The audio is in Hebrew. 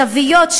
זוויות,